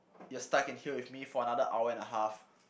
you're stuck in here with me for another hour and a half